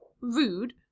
rude